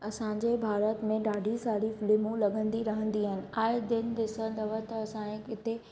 असांजे भारत में ॾाढी सारी फ़िल्मूं लॻंदी रहंदी आहिनि आए दिन ॾिसंदव त असांजे हिते